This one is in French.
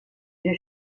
deux